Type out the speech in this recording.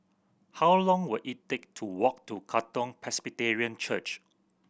how long will it take to walk to Katong Presbyterian Church